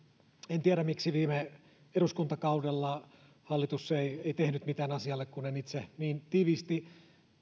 en tiedä miksi viime eduskuntakaudella hallitus ei ei tehnyt mitään asialle kun en itse niin tiiviisti